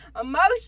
Emotion